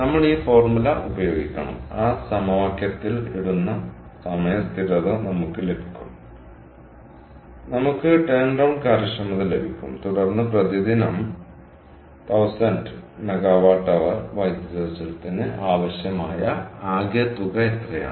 നമ്മൾ ഈ ഫോർമുല ഉപയോഗിക്കണം ആ സമവാക്യത്തിൽ ഇടുന്ന സമയ സ്ഥിരത നമുക്ക് ലഭിക്കും നമുക്ക് ടേൺറൌണ്ട് കാര്യക്ഷമത ലഭിക്കും തുടർന്ന് പ്രതിദിനം 1000 MWH വൈദ്യുതോർജ്ജത്തിന് ആവശ്യമായ ആകെ തുക എത്രയാണ്